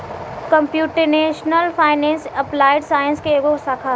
computational finance applied science के एगो शाखा ह